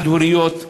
חד-הוריות.